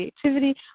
creativity